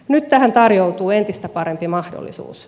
nyt tähän tarjoutuu entistä parempi mahdollisuus